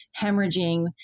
hemorrhaging